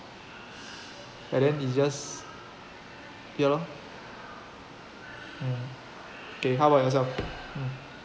and then it's just ya lor mm okay how about yourself mm